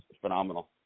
phenomenal